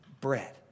bread